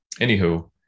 anywho